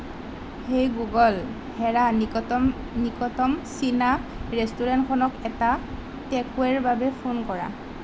হেই Google হেৰা নিকটতম চীনা ৰেষ্টুৰেণ্টখনক এটা টেকএৱে'ৰ বাবে ফোন কৰা